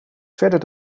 verder